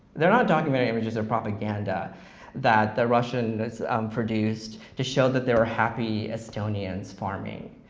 they're not documentary images, they're propaganda that the russians produced to show that there were happy estonians farming,